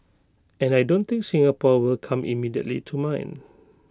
and I don't think Singapore will come immediately to mind